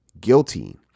guilty